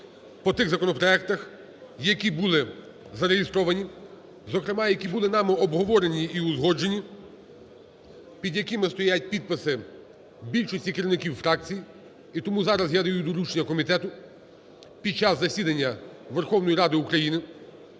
по тих законопроектах, які були зареєстровані, зокрема які були нами обговорені і узгоджені, під якими стоять підписи більшості керівників фракцій. І тому зараз я даю доручення комітету під час засідання Верховної Ради України,